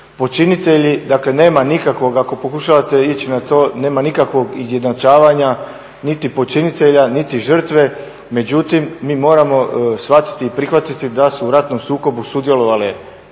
Počinitelji, dakle nema nikakvog. Ako pokušavate ići na to nema nikakvog izjednačavanja niti počinitelja, niti žrtve. Međutim, mi moramo shvatiti i prihvatiti da su u ratnom sukobu sudjelovale